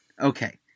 Okay